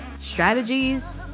strategies